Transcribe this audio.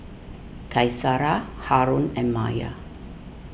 Qaisara Haron and Maya